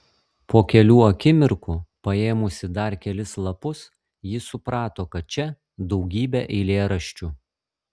po kelių akimirkų paėmusi dar kelis lapus ji suprato kad čia daugybė eilėraščių